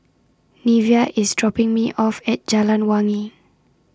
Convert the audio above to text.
Neveah IS dropping Me off At Jalan Wangi